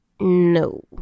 No